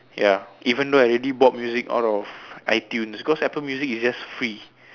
ya even though I already bought music out of iTunes cause apple music is just free